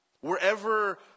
Wherever